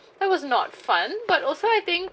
that was not fun but also I think